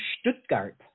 Stuttgart